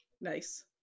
nice